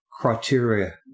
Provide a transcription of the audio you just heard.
criteria